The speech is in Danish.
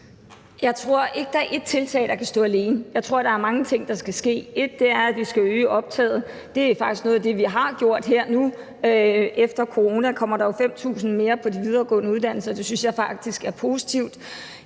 Jeg tror ikke, der er ét tiltag, der kan stå alene. Jeg tror, der er mange ting, der skal ske. For det første skal vi øge optaget. Det er faktisk noget af det, vi har gjort nu. Efter coronaen kommer der jo 5.000 mere på de videregående uddannelser, og det synes jeg faktisk er positivt.